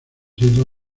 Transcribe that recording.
hizo